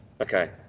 Okay